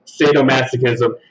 sadomasochism